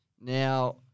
Now